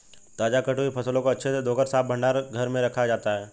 ताजा कटी हुई फसलों को अच्छे से धोकर साफ भंडार घर में रखा जाता है